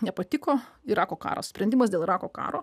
nepatiko irako karo sprendimas dėl irako karo